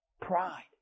pride